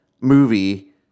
movie